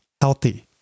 healthy